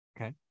Okay